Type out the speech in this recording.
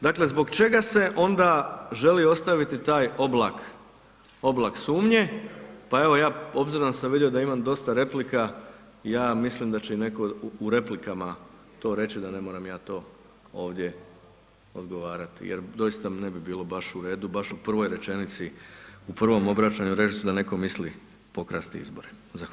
Dakle, zbog čega se ona želi ostaviti taj oblak, oblak sumnje, pa evo ja obzirom da sam vidio da imam dosta replika, ja mislim da će netko i u replikama to reći da ne moram ja to ovdje odgovarati, jer doista mi ne bi bilo baš u redu, baš u prvoj rečenici, u prvom obraćanju reći da netko misli pokrasti izbore.